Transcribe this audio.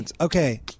Okay